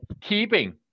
keeping